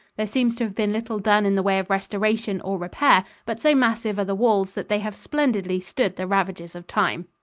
there seems to have been little done in the way of restoration, or repair, but so massive are the walls that they have splendidly stood the ravages of time.